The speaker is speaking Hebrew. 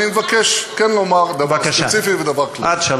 אבל אני מבקש כן לומר דבר ספציפי ודבר כללי.